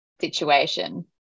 situation